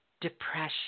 depression